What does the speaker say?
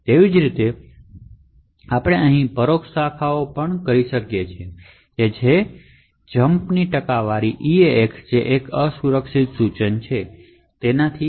તેવી જ રીતે આપણે અહીં પરોક્ષ બ્રાન્ચ જેમ કે jump percentage eax પણ એક અસુરક્ષિત ઇન્સટ્રકશન છે